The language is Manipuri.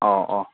ꯑꯣ ꯑꯣ